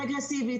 רגרסיבי,